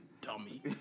dummy